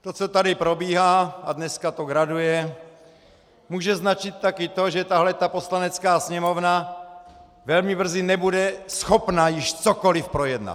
To, co tady probíhá a dneska to graduje , může značit taky to, že tahle ta Poslanecká sněmovna velmi brzy nebude schopna již cokoli projednat!